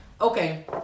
Okay